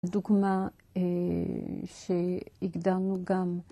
דוגמה שהגדרנו גם...